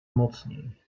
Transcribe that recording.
mocniej